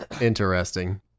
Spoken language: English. interesting